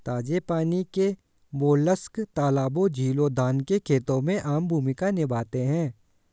ताजे पानी के मोलस्क तालाबों, झीलों, धान के खेतों में आम भूमिका निभाते हैं